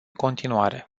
continuare